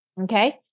okay